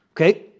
okay